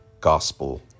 gospel